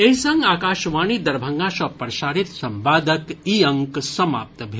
एहि संग आकाशवाणी दरभंगा सँ प्रसारित संवादक ई अंक समाप्त भेल